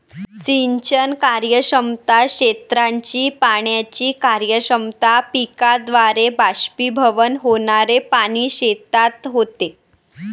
सिंचन कार्यक्षमता, क्षेत्राची पाण्याची कार्यक्षमता, पिकाद्वारे बाष्पीभवन होणारे पाणी शेतात होते